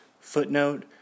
Footnote